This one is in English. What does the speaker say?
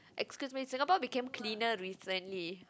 excuse me Singapore became cleaner recently